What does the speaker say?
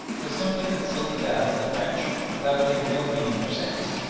it was simply a silly fad of the french, without any real meaning or sense.